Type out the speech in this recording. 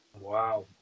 Wow